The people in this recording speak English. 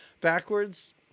backwards